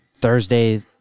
Thursday